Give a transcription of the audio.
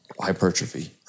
hypertrophy